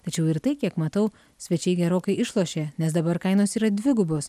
tačiau ir tai kiek matau svečiai gerokai išlošė nes dabar kainos yra dvigubos